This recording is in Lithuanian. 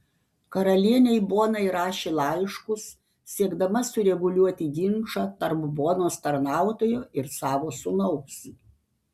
karalienei bonai rašė laiškus siekdama sureguliuoti ginčą tarp bonos tarnautojo ir savo sūnaus